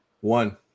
one